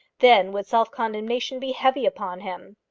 then would self-condemnation be heavy upon him!